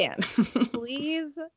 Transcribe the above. please